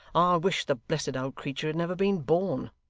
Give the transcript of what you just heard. wish the blessed old creetur had never been born